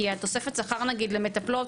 כי התוספת שכר נגיד למטפלות,